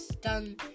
done